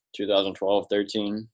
2012-13